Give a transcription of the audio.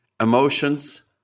emotions